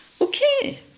Okay